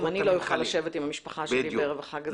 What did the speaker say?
גם אני לא אוכל לשבת עם המשפחה שלי בערב חג.